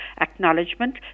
acknowledgement